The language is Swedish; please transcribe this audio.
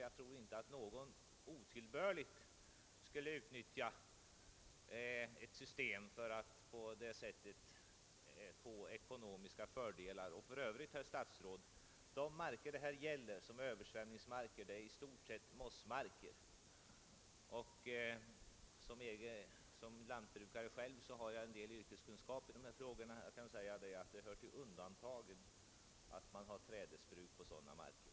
Jag tror inte att någon otillbörligt skulle utnyttja ett system för att på det sättet få ekonomiska fördelar. Och för övrigt, herr statsråd, gäller det här i stort sett mossmarker som översvämmats. Som lantbrukare har jag en del yrkeskunskap om dessa ting, och jag kan säga att det hör till undantagen att man har trädesbruk på sådana marker.